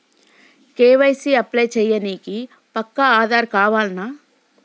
KYC apply చేయనీకి పక్కా ఆధార్ కావాల్నా?